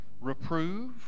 Reprove